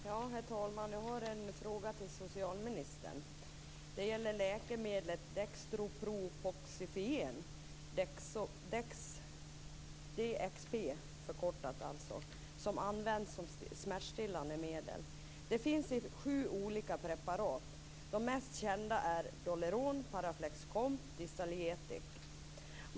Herr talman! Jag har en fråga till socialministern. Det finns i sju olika preparat. De mest kända är Doleron, Paraflex comp och Distalgesic.